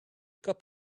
cup